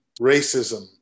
racism